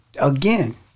again